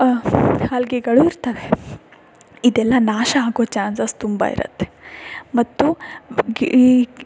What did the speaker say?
ಹಾಲ್ಗೆಗಳು ಇರ್ತವೆ ಇದೆಲ್ಲ ನಾಶ ಆಗೋ ಚಾನ್ಸಸ್ ತುಂಬ ಇರುತ್ತೆ ಮತ್ತು ಈ